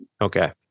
Okay